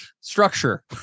structure